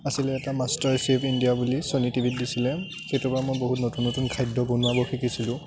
আছিলে এটা MasterChef India বুলি ছ'নী টিভিত দিছিলে সেইটোৰ পৰা মই বহুত নতুন নতুন খাদ্য বনাব শিকিছিলোঁ